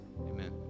amen